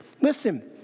listen